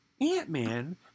Ant-Man